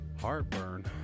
heartburn